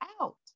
out